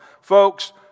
Folks